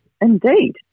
Indeed